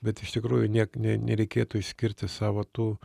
bet iš tikrųjų niek ne nereikėtų išskirti savo tų